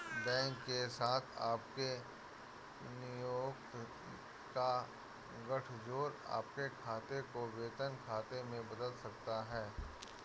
bank के साथ आपके नियोक्ता का गठजोड़ आपके खाते को वेतन खाते में बदल सकता है